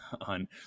on